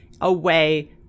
away